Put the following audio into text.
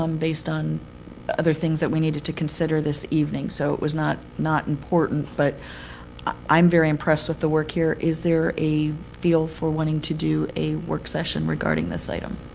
um based on other things that we needed to consider this evening. so it was not not important, but i'm very impressed with the work here. is there a feel for wanting to do a work session regarding this item